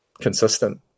consistent